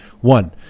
One